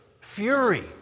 fury